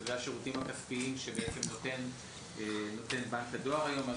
שאלה השירותים הכספיים שנותן בנק הדואר היום.